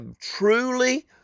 truly